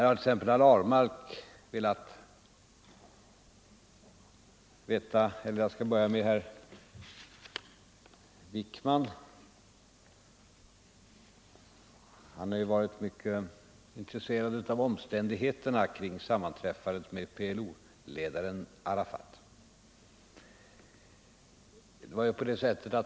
Herr Wijkman har varit mycket intresserad av omständigheterna kring sammanträffandet med PLO-ledaren Arafat.